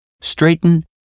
straighten